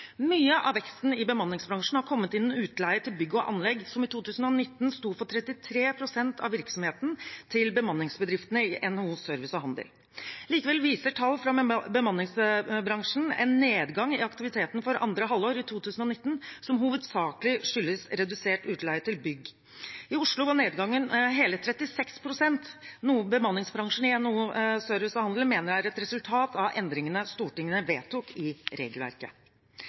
Mye av veksten i bemanningsbransjen har kommet innenfor utleie til bygg og anlegg, som i 2019 sto for 33 pst. av virksomheten til bemanningsbedriftene i NHO Service og Handel. Likevel viser tall fra bemanningsbransjen en nedgang i aktiviteten for andre halvår i 2019, som hovedsakelig skyldes redusert utleie til bygg. I Oslo var nedgangen på hele 36 pst., noe bemanningsbransjen i NHO Service og Handel mener er et resultat av endringene Stortinget vedtok i regelverket.